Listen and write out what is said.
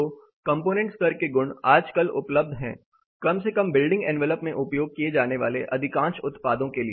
तो कंपोनेंट स्तर के गुण आजकल उपलब्ध हैं कम से कम बिल्डिंग एनवेलप में उपयोग किए जाने वाले अधिकांश उत्पादों के लिए